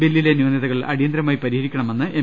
ബില്ലിലെ ന്യൂനതകൾ അടിയന്തരമായി പരിഹരിക്കണമെന്ന് എം